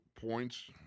points